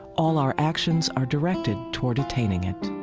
all our actions are directed toward attaining it